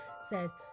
says